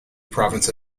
province